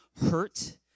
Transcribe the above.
hurt